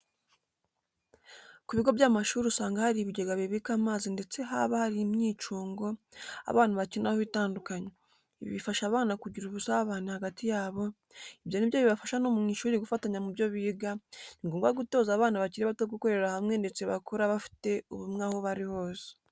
Ku bigo by'amashuri usanga hari ibigega bibika amazi ndetse haba hari imyicungo abana bakiniraho itandukanye, ibi bifasha abana kugirana ubusabane hagati yabo, ibyo ni byo bibafasha no mu ishuri gufatanya mu byo biga, ni ngombwa gutoza abana bakiri bato gukorera hamwe ndetse bakura bafite ubumwe aho bari hose.